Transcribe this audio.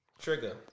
Trigger